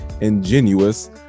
ingenuous